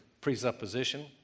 presupposition